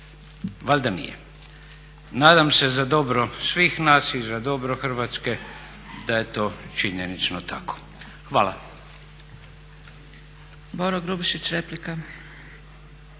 valjda nije. Nadam se za dobro svih nas i za dobro Hrvatske da je to činjenično tako. Hvala.